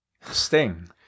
Sting